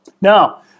Now